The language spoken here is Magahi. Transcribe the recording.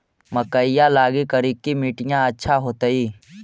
मकईया लगी करिकी मिट्टियां अच्छा होतई